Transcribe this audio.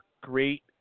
great